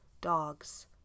dogs